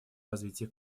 развитие